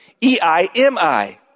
E-I-M-I